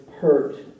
hurt